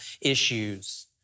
issues